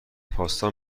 پاستا